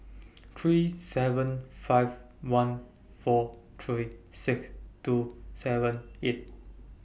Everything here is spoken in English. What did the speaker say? three seven five one four three six two seven eight